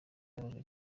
yababajwe